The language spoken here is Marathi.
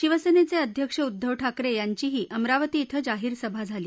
शिवसेनेचे अध्यक्ष उद्धव ठाकरे यांचीही अमरावती इथं जाहीर सभा झाली